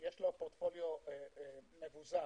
שיש לו פרוטפוליו מבוזר,